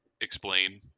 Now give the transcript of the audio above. explain